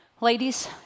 Ladies